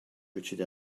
richard